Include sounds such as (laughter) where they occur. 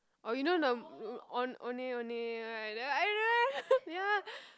orh you know the on~ ondeh-ondeh right (laughs) ya